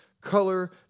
color